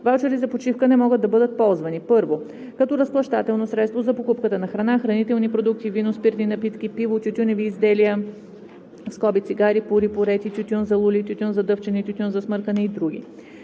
Ваучери за почивка не могат да бъдат ползвани: 1. като разплащателно средство за покупката на храна, хранителни продукти, вино, спиртни напитки, пиво, тютюневи изделия (цигари, пури, пурети, тютюн за лули, тютюн за дъвчене, тютюн за смъркане и др.);